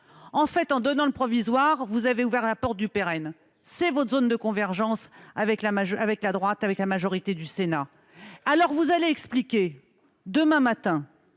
En fait, en acceptant le provisoire, vous avez ouvert la porte du pérenne. C'est votre zone de convergence avec la droite et la majorité sénatoriale. Vous devrez expliquer demain matin